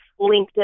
LinkedIn